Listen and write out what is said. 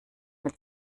mit